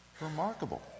Remarkable